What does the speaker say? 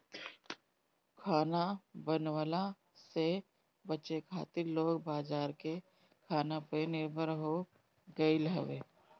खाना बनवला से बचे खातिर लोग बाजार के खाना पे निर्भर हो गईल हवे